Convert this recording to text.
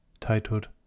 titled